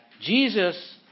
Jesus